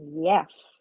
Yes